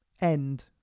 end